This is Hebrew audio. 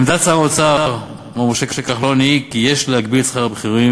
עמדת שר האוצר מר משה כחלון היא כי יש להגביל את שכר הבכירים